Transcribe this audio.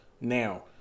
Now